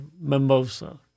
mimosa